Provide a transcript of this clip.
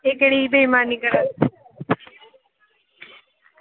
एह् केह्ड़ी बेईमानी करा दे